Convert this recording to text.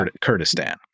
Kurdistan